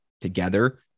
together